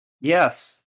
Yes